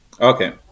okay